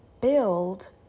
build